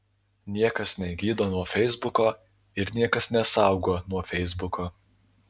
niekas negydo nuo feisbuko ir niekas nesaugo nuo feisbuko